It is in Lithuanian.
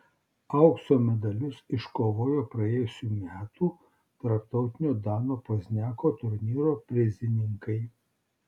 aukso medalius iškovojo praėjusių metų tarptautinio dano pozniako turnyro prizininkai